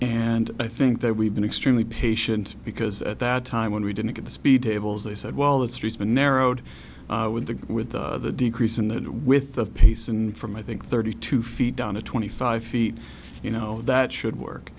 and i think that we've been extremely patient because at that time when we didn't get the speed tables they said well the streets been narrowed with the with the decrease in the with the pace and from i think thirty two feet down to twenty five feet you know that should work